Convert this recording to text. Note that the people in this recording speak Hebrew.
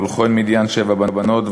ולכהן מדין שבע בנות.